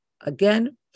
Again